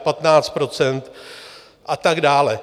15 % a tak dále.